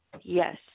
Yes